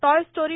toy story